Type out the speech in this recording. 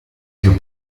più